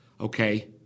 Okay